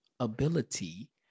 ability